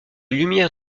lumière